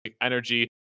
Energy